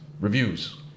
reviews